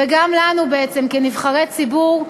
וגם אלינו, בעצם, כנבחרי ציבור,